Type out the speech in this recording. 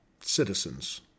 citizens